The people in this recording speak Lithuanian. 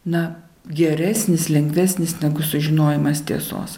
na geresnis lengvesnis negu sužinojimas tiesos